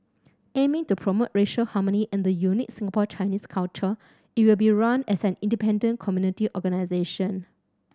aiming to promote racial harmony and the unique Singapore Chinese culture it will be run as an independent community organisation